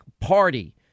Party